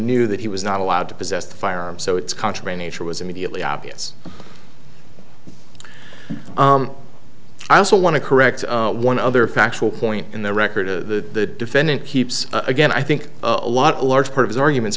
knew that he was not allowed to possess the firearm so it's contrary nature was immediately obvious i also want to correct one other factual point in the record the defendant keeps again i think a lot of large part of his arguments